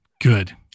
Good